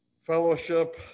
fellowship